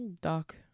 Doc